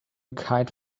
kite